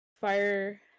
fire